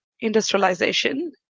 industrialization